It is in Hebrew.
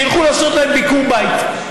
שילכו לעשות להם ביקור בית,